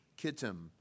Kittim